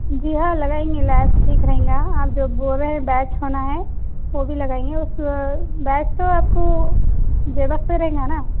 جی ہاں لگائیں گے لاسٹک رہیں گا آپ جو بولے ہیں بیچ ہونا ہے وہ بھی لگائیں گے بیچ تو آپ کو جیب واسطے رہیں گا نا